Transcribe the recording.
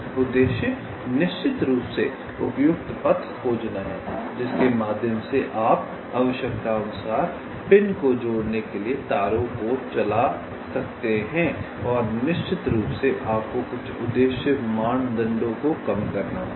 उद्देश्य निश्चित रूप से उपयुक्त पथ खोजना है जिसके माध्यम से आप आवश्कतानुसार पिन को जोड़ने के लिए तारों को चला सकते हैं और निश्चित रूप से आपको कुछ उद्देश्य मानदंडों को कम करना होगा